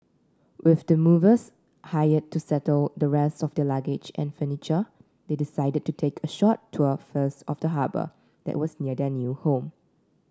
with the movers hired to settle the rest of their luggage and furniture they decided to take a short tour first of the harbour that was near their new home